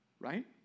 right